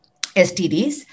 STDs